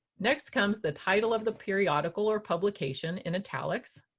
next comes the title of the periodical or publication in italics,